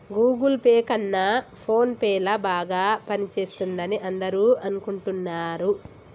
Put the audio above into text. Google Pay కన్నా PhonePe ల బాగా పనిచేస్తుందని అందరూ అనుకుంటున్నారు